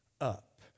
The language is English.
up